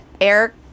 air